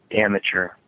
amateur